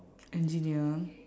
engineer